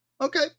Okay